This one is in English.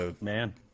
Man